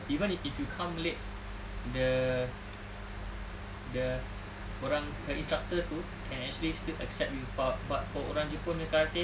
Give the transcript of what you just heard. even if you come late the the orang the instructor tu can actually still accept you but for orang jepun punya karate